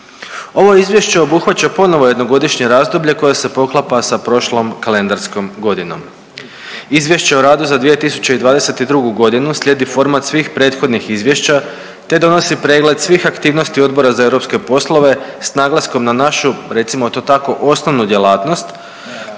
Ovo izvješće obuhvaća ponovo jednogodišnje razdoblje koje se poklapa sa prošlom kalendarskom godinom. Izvješće o radu za 2022. godinu slijedi format svih prethodnih izvješća te donosi pregled svih aktivnosti Odbora za europske poslove s naglaskom na našu, recimo to tako osnovnu djelatnost,